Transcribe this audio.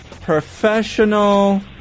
Professional